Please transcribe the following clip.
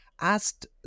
asked